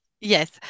Yes